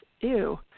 Ew